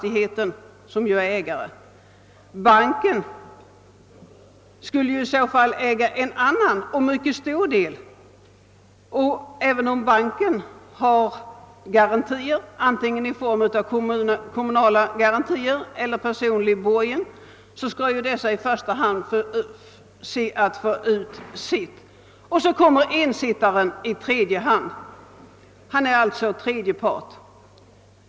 Banken skulle i så fall äga en annan och mycket större del, och även om banken har garantier, antingen i form av kommunala garantier eller i form av personlig borgen, ser den i första hand till att få ut sitt. Ensittaren kommer i tredje hand, han blir alltså tredje part.